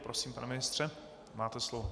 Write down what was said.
Prosím, pane ministře, máte slovo.